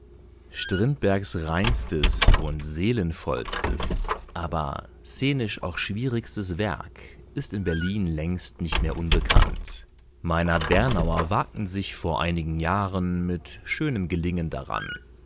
strindbergs reinstes und seelenvollstes aber szenisch auch schwierigstes werk ist in berlin längst nicht mehr unbekannt meinhard-bernauer wagten sich vor einigen jahren mit schönem gelingen daran